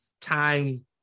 time